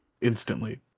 instantly